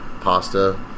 pasta